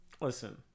Listen